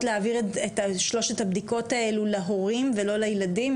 להעביר את שלושת הבדיקות האלו להורים ולא לילדים,